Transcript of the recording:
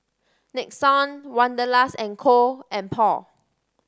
Nixon Wanderlust and Co and Paul